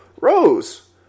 Rose